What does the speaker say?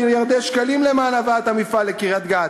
מיליארדי שקלים למען הבאת המפעל לקריית-גת,